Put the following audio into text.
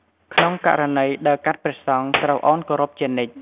ក្នុងករណីដែលដើរកាត់ព្រះសង្ឃត្រូវអោនគោរពជានិច្ច។